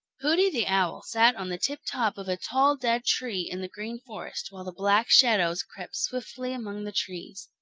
hooty the owl sat on the tip-top of a tall dead tree in the green forest while the black shadows crept swiftly among the trees.